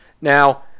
Now